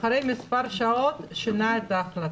ואחרי כמה שעות שינתה את ההחלטה.